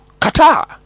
Qatar